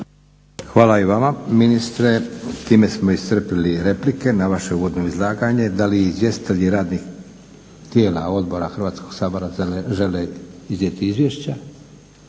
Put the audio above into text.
Hvala i vama ministre. Time smo iscrpili replike na vaše uvodno izlaganje. Da li izvjestitelji radnih tijela odbora Hrvatskog sabora žele iznijeti izvješća?